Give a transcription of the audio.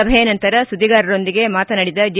ಸಭೆಯ ನಂತರ ಸುದ್ದಿಗಾರರೊಂದಿಗೆ ಮಾತನಾಡಿದ ಜೆ